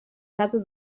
cada